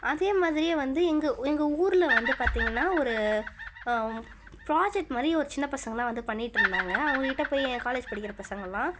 அதே மாதிரியே வந்து இங்கே எங்கள் ஊரில் வந்து பார்த்திங்கனா ஒரு ப்ராஜட் மாதிரி ஒரு சின்னப்பசங்களாம் வந்து பண்ணிட்டுருந்தாங்க அவங்கக்கிட்ட போய் என் காலேஜ் படிக்கின்ற பசங்களெலாம்